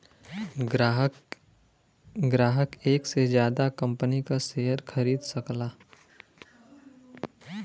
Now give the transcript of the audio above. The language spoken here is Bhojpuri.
ग्राहक एक से जादा कंपनी क शेयर खरीद सकला